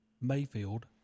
Mayfield